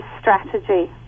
strategy